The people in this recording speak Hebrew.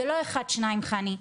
זה לא אחד שניים חני,